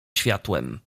światłem